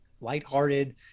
lighthearted